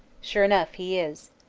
sure enough he is.